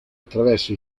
attraverso